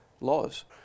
laws